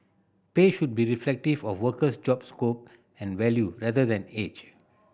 pay should be reflective of a worker's job scope and value rather than age